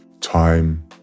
time